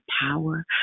power